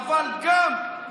הינה העדות שאנחנו,